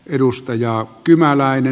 edustajaa kymäläinen